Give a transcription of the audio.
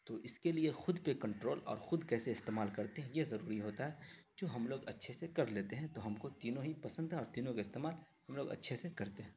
تو اس کے لیے خود پہ کنٹرول اور خود کیسے استعمال کرتے ہیں یہ ضروری ہوتا ہے جو ہم لوگ اچھے سے کر لیتے ہیں تو ہم کو تینوں ہی پسند تھا اور تینوں کا استعمال ہم لوگ اچھے سے کرتے ہیں